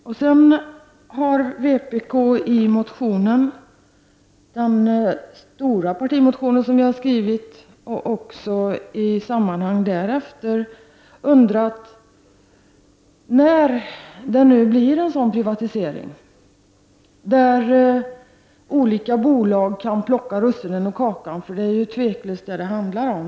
Vänsterpartiet har i den stora partimotionen, som jag har skrivit, och i andra sammanhang därefter undrat när det blir en sådan privatisering, där olika bolag kan plocka russinen ur kakan — det är tveklöst detta som det handlar om.